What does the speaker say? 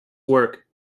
work